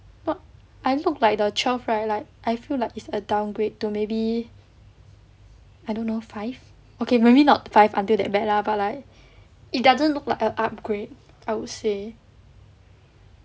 like I look like the twelve right like I feel like it's a downgrade to maybe I don't know five okay maybe not five until that bad lah but like it doesn't look like a upgrade I would say